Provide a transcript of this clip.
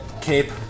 cape